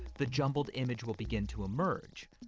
the jumbled image will begin to emerge.